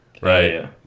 Right